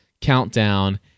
countdown